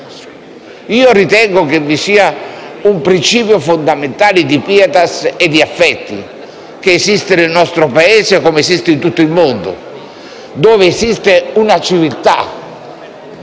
Io ritengo che vi sia un principio fondamentale di *pietas* e di affetti che esiste nel nostro Paese come esiste in tutto il mondo, dove c'è una civiltà